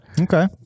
Okay